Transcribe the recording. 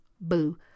boo